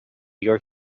york